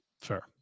Fair